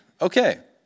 okay